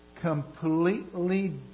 completely